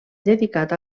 dedicat